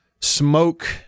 smoke